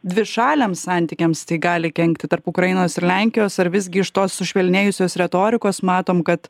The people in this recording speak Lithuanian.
dvišaliams santykiams tai gali kenkti tarp ukrainos ir lenkijos ar visgi iš tos sušvelnėjusios retorikos matom kad